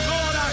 Lord